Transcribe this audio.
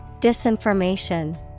Disinformation